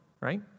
right